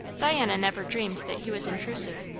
diana never dreamed that he was intrusive,